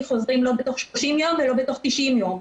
חוזרים לא בתוך 30 יום ולא בתוך 90 יום.